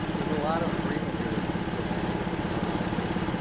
there's a lot of agreement here if we get specific in our language,